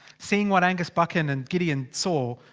seeing what angus buchan and gideon saw.